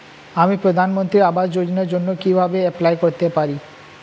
আমি প্রধানমন্ত্রী আবাস যোজনার জন্য কিভাবে এপ্লাই করতে পারি?